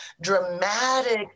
dramatic